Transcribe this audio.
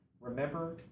Remember